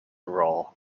role